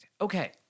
Okay